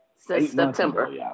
September